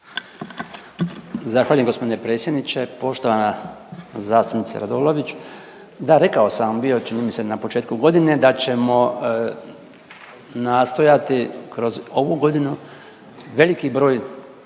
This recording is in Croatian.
Zahvaljujem gospodine predsjedniče. Poštovana zastupnice Radolović, da rekao sam vam bio čini mi se na početku godine da ćemo nastojati kroz ovu godinu veliki broj